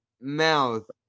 mouth